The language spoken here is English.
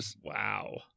Wow